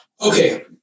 Okay